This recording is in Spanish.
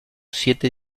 siete